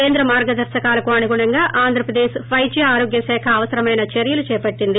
కేంద్ర మార్గదర్పకాలకు అనుగుణంగా ఆంధ్రప్రదేశ్ వైద్య ఆరోగ్య శాఖ అవసరమైన చర్యలు చేపట్లింది